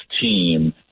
team